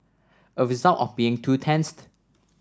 a result of being two